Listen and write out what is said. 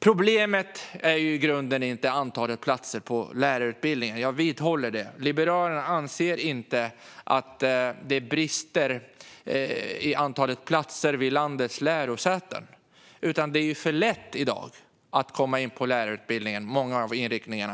Problemet är i grunden inte antalet platser på lärarutbildningen. Jag vidhåller det. Liberalerna anser inte att det brister när det gäller antalet platser vid landets lärosäten. Det är i dag för lätt att komma in på många inriktningar på lärarutbildningen.